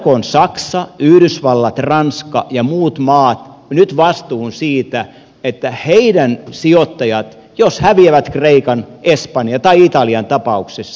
kantakoot saksa yhdysvallat ranska ja muut maat nyt vastuun siitä jos heidän sijoittajansa häviävät kreikan espanjan tai italian tapauksissa